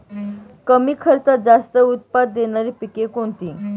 कमी खर्चात जास्त उत्पाद देणारी पिके कोणती?